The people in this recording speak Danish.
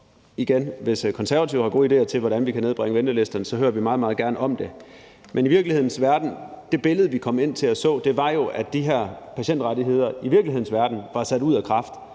at hvis Konservative har gode idéer til, hvordan vi kan nedbringe ventelisterne, så hører vi meget, meget gerne om det. Men i virkelighedens verden var det billede, vi kom ind og så, at de her patientrettigheder – i virkelighedens verden – var sat ud af kraft.